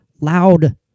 loud